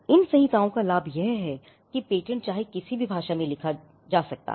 इन संहिताओं का लाभ यह है कि पेटेंट चाहे किसी भी भाषा में लिखा जा सकता है